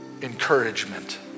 encouragement